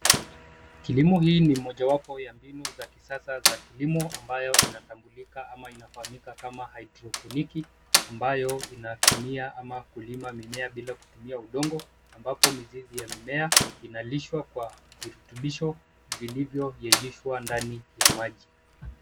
Kilimo hii ni moja wapo ya mbinu za kisasa za kilimo ambayo inatambulika ama inafahamika kama hydroponiki ambayo inatumia ama kulima mimea bila kutumia udongo ambapo mizizi ya mimea inalishwa kwa virutubisho vilivyo yeyushwa ndani ya maji.